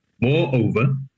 moreover